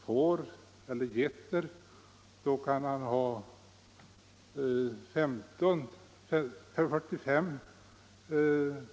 får och getter är gränsen 45 djur.